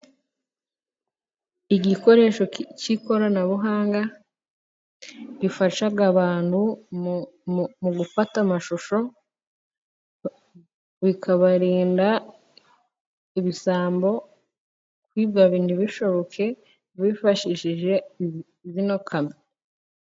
Igikoresho cy'ikoranabuhanga gifasha abantu mu gufata amashusho, bikabarinda ibisambo kwiba ibintu ntibishoboke bifashishije zino kamera.